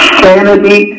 sanity